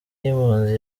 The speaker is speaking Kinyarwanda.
y’impunzi